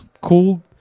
cool